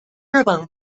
日本